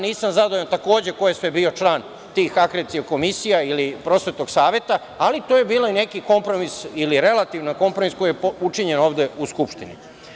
Nisam zadovoljan takođe ko je sve bio član tih akreditacionoih komisija ili Prosvetnog saveta, ali to je bio i neki kompromis ili relativan kompromis učinjen ovde u Skupštini.